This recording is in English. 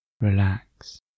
relax